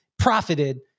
profited